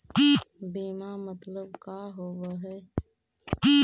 बीमा मतलब का होव हइ?